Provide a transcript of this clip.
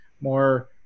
more